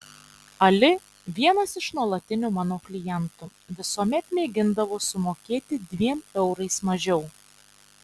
ali vienas iš nuolatinių mano klientų visuomet mėgindavo sumokėti dviem eurais mažiau